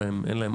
שאין להן אבא,